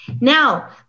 Now